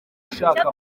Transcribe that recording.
ushaka